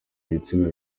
ibitsina